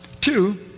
Two